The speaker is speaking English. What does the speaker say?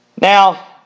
Now